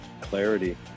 clarity